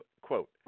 Quote